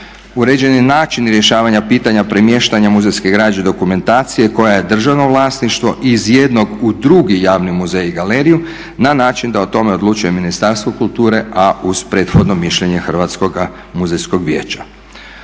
Uređen je način rješavanja pitanja premještanja muzejske građe i dokumentacije koja je državno vlasništvo iz jednog u drugi javni muzej i galeriju na način da o tome odlučuje Ministarstvo kulture a uz prethodno mišljenje Hrvatskoga muzejskog vijeća.